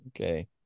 Okay